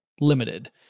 Limited